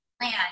plan